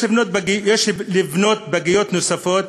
יש לבנות פגיות נוספות,